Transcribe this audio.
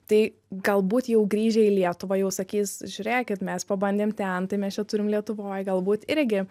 tai galbūt jau grįžę į lietuvą jau sakys žiūrėkit mes pabandėm ten tai mes čia turim lietuvoj galbūt irgi